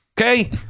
Okay